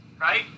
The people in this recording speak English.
right